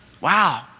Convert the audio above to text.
Wow